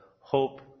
hope